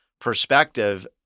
perspective